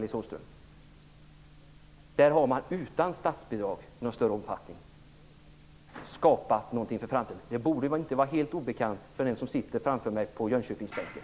I Gnosjö har man utan större omfattning på statsbidragen skapat någonting för framtiden. Det borde inte vara helt obekant för den som sitter framför mig på Jönköpingsbänken.